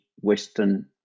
western